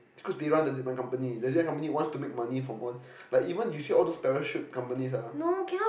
because they run the Zipline company the Zipline company wants to make money from all like even you see those parachute companies ah